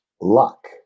luck